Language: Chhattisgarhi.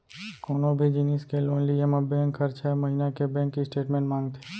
कोनों भी जिनिस के लोन लिये म बेंक हर छै महिना के बेंक स्टेटमेंट मांगथे